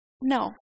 no